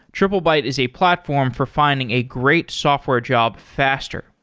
triplebyte is a platform for finding a great software job faster.